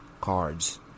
cards